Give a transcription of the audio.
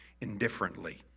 indifferently